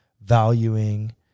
valuing